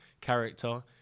character